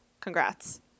Congrats